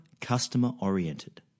customer-oriented